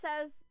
says